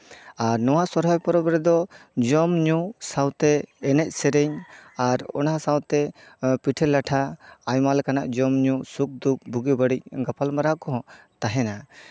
ᱟᱨ ᱱᱚᱣᱟ ᱥᱚᱦᱨᱟᱭ ᱯᱚᱨᱚᱵᱽ ᱨᱮᱫᱚ ᱡᱚᱢᱼᱧᱩ ᱥᱟᱶᱛᱮ ᱮᱱᱮᱡ ᱥᱮᱨᱮᱧ ᱟᱨ ᱚᱱᱟ ᱥᱟᱶᱛᱮ ᱯᱤᱴᱷᱟᱹ ᱞᱟᱴᱷᱟ ᱟᱭᱢᱟ ᱞᱮᱠᱟᱱᱟᱜ ᱡᱚᱢ ᱧᱩ ᱥᱩᱠᱼᱫᱩᱠ ᱵᱩᱜᱤ ᱵᱟᱹᱲᱤᱡ ᱜᱟᱯᱟᱞᱢᱟᱨᱟᱣ ᱠᱚᱦᱚᱸ ᱛᱟᱦᱮᱱᱟ